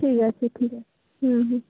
ঠিক আছে ঠিক আছে হুম হুম